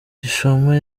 gishoma